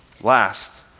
Last